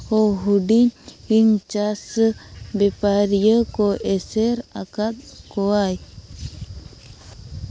ᱦᱩᱰᱤᱧ ᱦᱩᱰᱤᱧ ᱪᱟᱥ ᱵᱮᱯᱟᱨᱤᱭᱟᱹ ᱠᱚ ᱮᱥᱮᱨ ᱟᱠᱟᱫ ᱠᱚᱣᱟᱭ